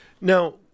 Now